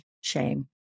shame